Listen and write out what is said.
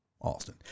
Austin